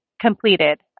completed